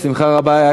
בשמחה רבה,